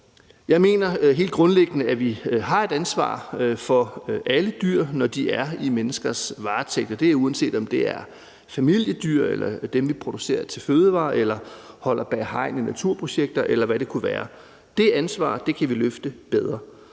Jeg mener helt grundlæggende, at vi har et ansvar for alle dyr, når de er i menneskers varetægt. Og det er, uanset om det er familiedyr eller dem, vi producerer til fødevarer eller holder bag hegn i naturprojekter, eller hvad det kunne være. Det ansvar kan vi løfte bedre.